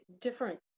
different